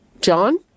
John